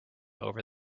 over